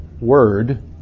word